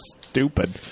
stupid